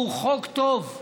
הוא חוק טוב.